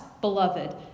beloved